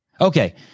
Okay